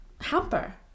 hamper